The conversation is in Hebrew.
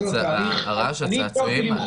הצעצועים,